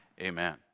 amen